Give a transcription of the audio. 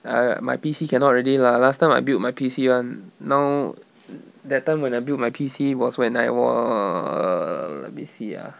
I my P_C cannot already lah last time I built my P_C [one] now that time when I built my P_C was when I was let me see ah